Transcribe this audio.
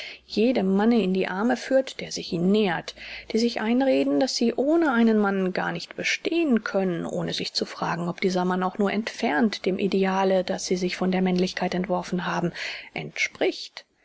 jedem manne in die arme führt der sich ihnen nähert die sich einreden daß sie ohne einen mann gar nicht bestehen können ohne sich zu fragen ob dieser mann auch nur entfernt dem ideale das sie sich von der männlichkeit entworfen haben entspricht